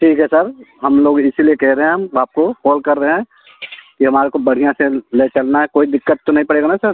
ठीक है सर हम लोग इसलिए कहे रहे हैं हम आपको कॉल कर रहे हैं कि हमारे को बढ़िया से लै चलना है कोई दिक्कत तो नहीं पड़ेगा न सर